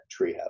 Treehouse